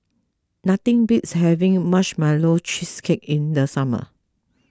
nothing beats having Marshmallow Cheesecake in the summer